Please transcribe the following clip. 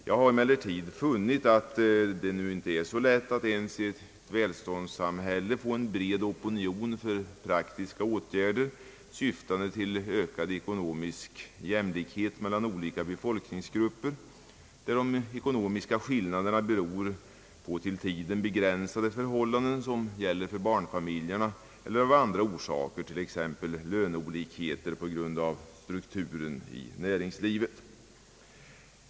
Jag har emellertid funnit att det inte är så lätt ens i ett välståndssamhälle att få en bred opinion för praktiska åtgärder syftande till ökad ekonomisk jämlikhet mellan olika befolkningsgrupper, där de ekonomiska skillnaderna beror på till tiden begränsade förhållanden, såsom för barnfamiljerna, eller t.ex. på grund av löneolikheter beroende på strukturen i näringslivet.